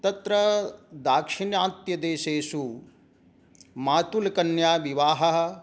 अत्र दाक्षिण्यात्यदेशेषु मातुलकन्याविवाहः